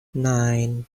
nine